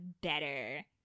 better